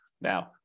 Now